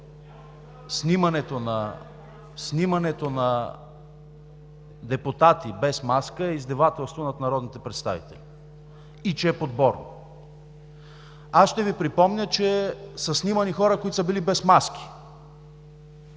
снимането на депутати без маска е издевателство над народните представители и че е подборно. Ще Ви припомня, че са снимани хора, които са били без маски.